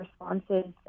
responses